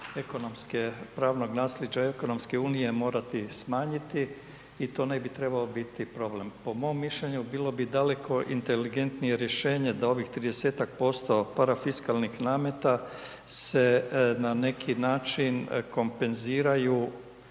pravnog nasljeđa ekonomske unije, morati smanjiti i to ne bi trebao biti problem. Po mom mišljenju bilo bi daleko inteligentnije rješenje da ovih 30-tak% parafiskalnih nameta se na neki način kompenziraju